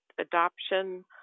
adoption